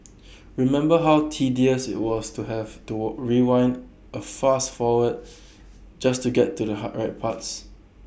remember how tedious IT was to have to rewind A fast forward just to get to the hard right parts